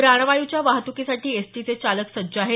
प्राणवायूच्या वाहतुकीसाठी एसटीचे चालक सज्ज आहेत